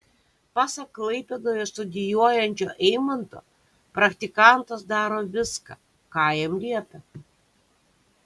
pasak klaipėdoje studijuojančio eimanto praktikantas daro viską ką jam liepia